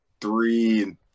three